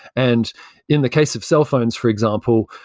and in the case of cellphones for example,